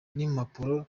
n’impapuro